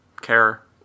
care